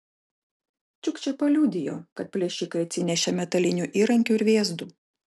čiukčė paliudijo kad plėšikai atsinešė metalinių įrankių ir vėzdų